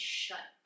shut